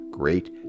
great